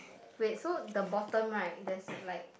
wait so the bottom right there's a like